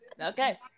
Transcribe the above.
Okay